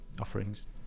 offerings